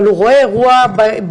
אבל הוא רואה אירוע ברשת,